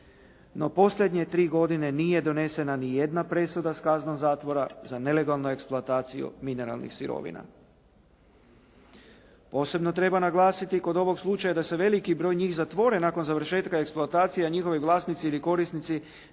No posljednje 3 godine nije donesena nijedna presuda s kaznom zatvora za nelegalnu eksploataciju mineralnih sirovina. Posebno treba naglasiti kod ovog slučaja da se veliki broj njih zatvore nakon završetka eksploatacije, a njihovi vlasnici ili korisnici